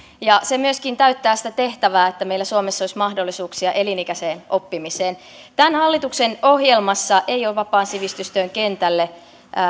ja se myöskin täyttää sitä tehtävää että meillä suomessa olisi mahdollisuuksia elinikäiseen oppimiseen tämän hallituksen ohjelmassa ei ole vapaan sivistystyön kentälle